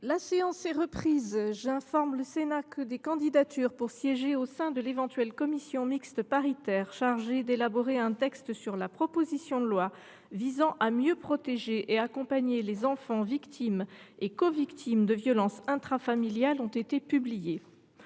La séance est reprise. J’informe le Sénat que des candidatures pour siéger au sein de l’éventuelle commission mixte paritaire chargée d’élaborer un texte sur les dispositions restant en discussion de la proposition de loi visant à mieux protéger et accompagner les enfants victimes et covictimes de violences intrafamiliales ont été publiées.